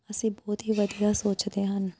ਅਸੀਂ ਬਹੁਤ ਹੀ ਵਧੀਆ ਸੋਚਦੇ ਹਨ